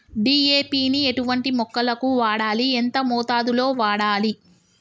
DAP ని ఎటువంటి మొక్కలకు వాడాలి? ఎంత మోతాదులో వాడాలి?